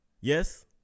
Yes